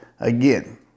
again